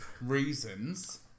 Reasons